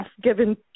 given